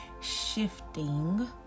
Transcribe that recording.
Shifting